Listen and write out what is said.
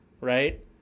right